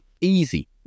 Easy